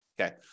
Okay